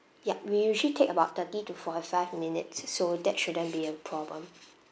ya we usually take about thirty to forty-five minutes s~ so that shouldn't be a problem